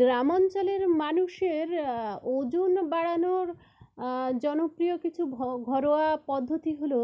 গ্রামাঞ্চলের মানুষের ওজন বাড়ানোর জনপ্রিয় কিছু ঘরোয়া পদ্ধতি হলো